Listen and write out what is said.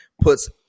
puts